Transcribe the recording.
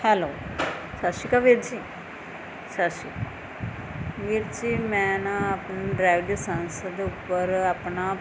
hello Sat Sri Akal ਵੀਰ ਜੀ ਸਤਿ ਸ਼੍ਰੀ ਅਕਾਲ ਵੀਰ ਜੀ ਮੈਂ ਨਾ ਆਪਣੇ ਡਰਾਈਵ ਲਾਇਸੰਸ ਦੇ ਉੱਪਰ ਆਪਣਾ